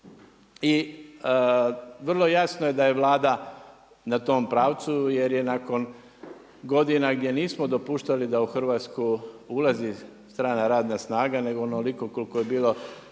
I vrlo jasno je da je Vlada na tom pravcu jer je nakon godina gdje nismo dopuštali da u Hrvatsku ulazi strana radna snaga nego onoliko koliko je bilo